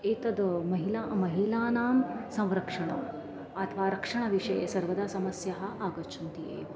एतद् महिला महिलानां संरक्षणम् अथवा रक्षणविषये सर्वदा समस्याः आगच्छन्ति एव